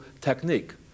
technique